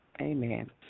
Amen